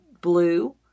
blue